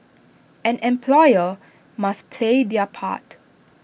and employers must play their part